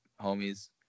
homies